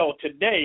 today